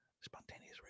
Spontaneous